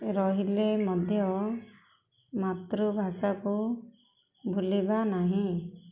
ରହିଲେ ମଧ୍ୟ ମାତୃଭାଷାକୁ ଭୁଲିବା ନାହିଁ